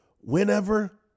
Whenever